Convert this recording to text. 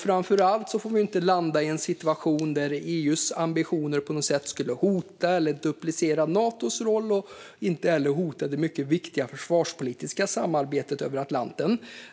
Framför allt får vi inte landa i en situation där EU:s ambitioner på något sätt skulle hota eller duplicera Natos roll och inte heller hota det mycket viktiga försvarspolitiska samarbetet över Atlanten.